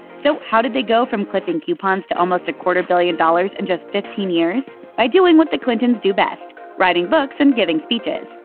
so how did they go from clipping coupons to almost a quarter billion dollars in and just fifteen years? by doing what the clintons do best writing books and giving speeches.